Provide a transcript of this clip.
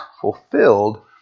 fulfilled